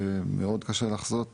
שמאוד קשה לחזות אותו,